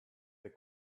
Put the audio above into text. the